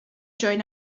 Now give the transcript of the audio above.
join